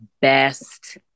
best